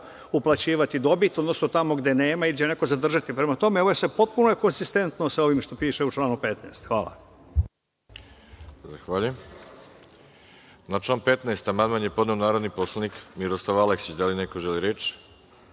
uplaćivati dobit, odnosno tamo gde nema ili će neko zadržati. Prema tome, ovo je sad potpuno konzistentno sa ovim što piše u članu 15. Hvala. **Veroljub Arsić** Zahvaljujem. Na član 15. amandman je podneo narodni poslanik Miroslav Aleksić. Da li neko želi reč?